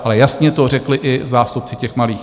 Ale jasně to řekli i zástupci těch malých.